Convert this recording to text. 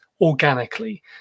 organically